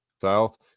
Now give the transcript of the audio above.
South